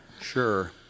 Sure